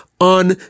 on